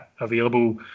available